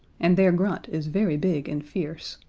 and their grunt is very big and fierce.